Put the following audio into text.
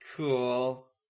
Cool